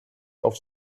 auf